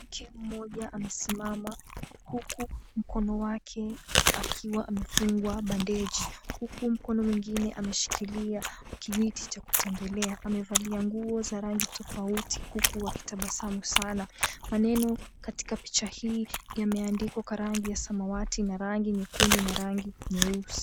Mwanamke mmoja amesimama, huku mkono wake ukiwa umefungwa bandeji, huku mkono mwengine ameshikilia kijiti cha kutembelea, amevalia nguo za rangi tofauti huku akitabasamu sana. Maneno katika picha hii yameandikwa kwa rangi ya samawati, na rangi nyekundu, na rangi nyeusi.